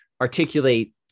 articulate